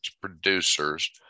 producers